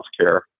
healthcare